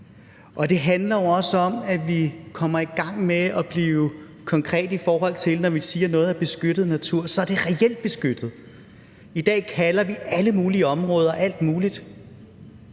Og det handler jo også om, at vi kommer i gang med at blive konkrete, i forhold til at når vi siger, at noget er beskyttet natur, så er det reelt beskyttet. I dag kalder vi alle mulige områder alt muligt.